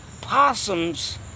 possums